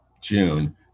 June